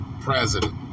president